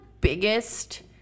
biggest